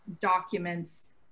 documents